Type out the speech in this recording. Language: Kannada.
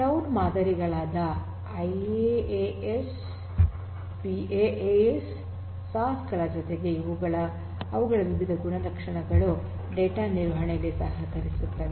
ಕ್ಲೌಡ್ ಮಾದರಿಗಳಾದ ಐಆಸ್ ಪಾಸ್ ಸಾಸ್ ಗಳ ಜೊತೆಗೆ ಅವುಗಳ ವಿವಿಧ ಗುಣಲಕ್ಷಣಗಳು ಡೇಟಾ ದ ನಿರ್ವಹಣೆಯಲ್ಲಿ ಸಹಕರಿಸುತ್ತವೆ